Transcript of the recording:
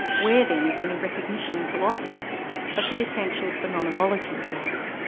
where then is any recognition in philosophy of the essential phenomenology of love?